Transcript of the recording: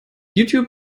youtube